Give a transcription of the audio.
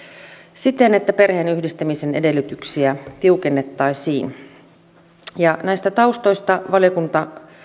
siten että perheenyhdistämisen edellytyksiä tiukennettaisiin näistä taustoista valiokunta